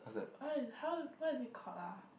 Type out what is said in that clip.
what is how what is it called ah